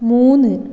മൂന്ന്